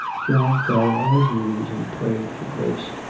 john fell on his knees and prayed for grace.